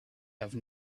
have